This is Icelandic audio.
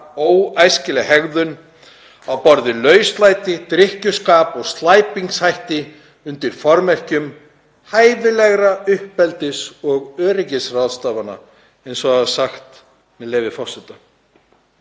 óæskileg hegðun á borð við lauslæti, drykkjuskap og slæpingshátt undir formerkjum hæfilegra uppeldis- og öryggisráðstafana, eins og sagt var, með leyfi forseta.